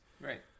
right